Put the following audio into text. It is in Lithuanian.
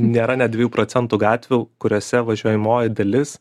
nėra net dviejų procentų gatvių kuriose važiuojamoji dalis